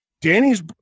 Danny's